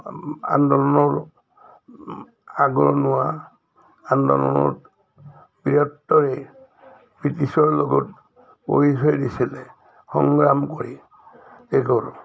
আন্দোলনৰ আগৰণোৱা আন্দোলনত বীৰত্বৰে ব্ৰিটিছৰ লগত পৰিচয় দিছিলে সংগ্ৰাম কৰি